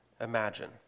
imagine